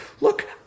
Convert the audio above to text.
look